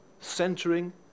centering